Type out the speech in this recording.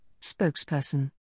spokesperson